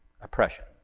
oppression